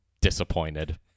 Disappointed